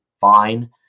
fine